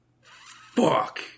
fuck